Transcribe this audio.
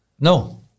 No